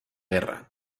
guerra